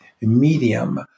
medium